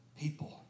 people